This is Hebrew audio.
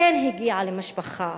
כן הגיעה למשפחה,